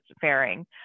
faring